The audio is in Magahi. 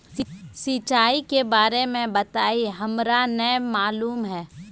सिंचाई के बारे में बताई हमरा नय मालूम है?